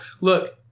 look